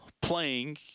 playing